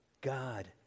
God